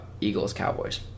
Eagles-Cowboys